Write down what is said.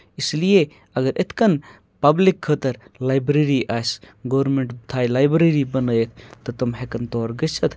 اِس لیے اگر یِتھ کَن پَبلِک خٲطرٕ لایبرٔری آسہِ گورمینٹ تھایہِ لایبرٔری بَنٲیِتھ تہٕ تِم ہٮ۪کَن تور گٔژھِتھ